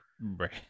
Right